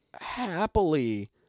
happily